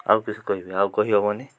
ଆଉ କିଛି କହିବେ ଆଉ କହିହବନି